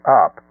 up